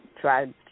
try